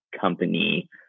company